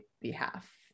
Behalf